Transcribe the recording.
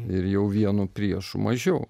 ir jau vienu priešu mažiau